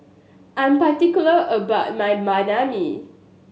I'm particular about my Banh Mi